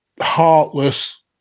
heartless